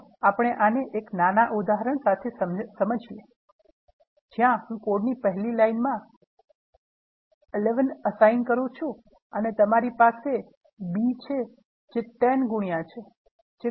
ચાલો આપણે આને એક નાના ઉદાહરણ સાથે સમજાવીએ જ્યાં હું કોડની પહેલી લાઇનમા a માં 11 assign કરુ છુ અને તમારી પાસે બી છે જે 10 ગુણ્યા છે જે કોડની બીજી લાઇન છે